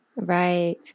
Right